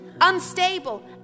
unstable